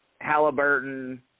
Halliburton –